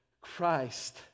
Christ